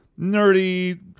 nerdy